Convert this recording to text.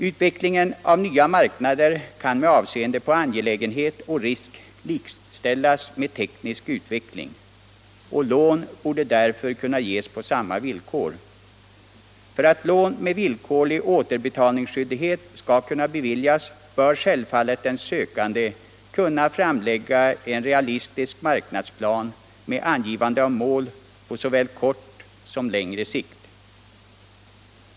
Utvecklingen av nya maskiner kan med avseende på angelägenhet och risk likställas med teknisk utveckling, och lån borde därför kunna ges på samma villkor. För att lån med villkorlig återbetalningsskyldighet skall kunna beviljas bör självfallet den sökande framlägga en realistisk marknadsplan med angivande av mål på såväl kort som längre sikt.